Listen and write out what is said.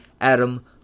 Adam